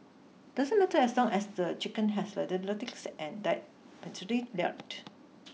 doesn't matter as long as the chicken has slender and died painlessly